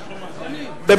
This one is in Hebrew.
אנחנו מצביעים אלקטרונית או